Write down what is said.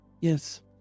Yes